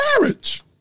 marriage